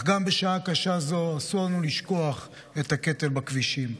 אך גם בשעה קשה זו אסור לנו לשכוח את הקטל בכבישים.